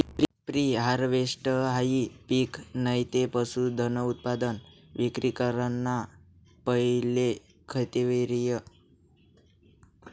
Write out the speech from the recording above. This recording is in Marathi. प्री हारवेस्टहाई पिक नैते पशुधनउत्पादन विक्री कराना पैले खेतीवरला क्रियाकलापासना संदर्भ शे